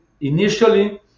initially